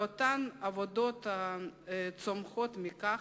לאותן עבודות הצומחות מכך,